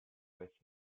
with